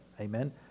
Amen